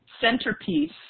centerpiece